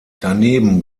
daneben